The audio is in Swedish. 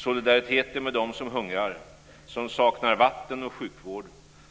Solidariteten med dem som hungrar, som saknar vatten och sjukvård,